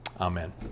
Amen